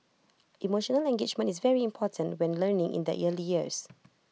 emotional engagement is very important when learning in the early years